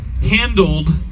handled